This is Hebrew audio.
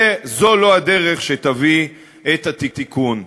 זו לא הדרך שתביא את התיקון.